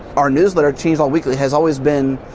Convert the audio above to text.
our newsletter changed all week has always been,